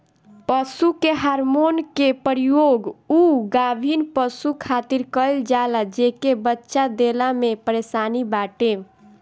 पशु के हार्मोन के प्रयोग उ गाभिन पशु खातिर कईल जाला जेके बच्चा देला में परेशानी बाटे